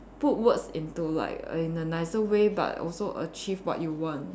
put words into like in a nicer way but also achieve what you want